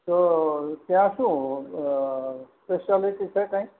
તો ત્યાં શું સ્પેશિયાલિટી છે કાંઈ